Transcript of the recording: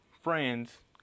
friends